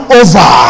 over